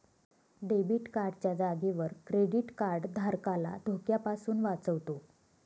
debit card च्या जागेवर credit card धारकाला धोक्यापासून वाचवतो